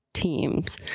teams